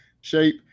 shape